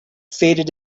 faded